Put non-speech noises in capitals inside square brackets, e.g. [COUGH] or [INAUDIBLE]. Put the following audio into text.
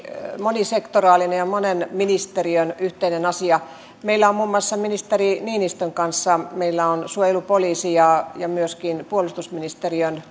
monisektoraalinen ja monen ministeriön yhteinen asia meillä on muun muassa ministeri niinistön kanssa suojelupoliisi mukana ja myöskin puolustusministeriön [UNINTELLIGIBLE]